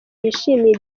bishimiye